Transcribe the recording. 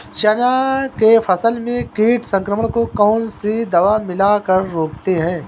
चना के फसल में कीट संक्रमण को कौन सी दवा मिला कर रोकते हैं?